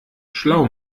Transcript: schlau